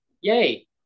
yay